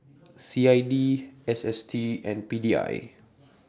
C I D S S T and P D I